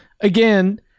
again